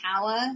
power